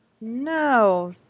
No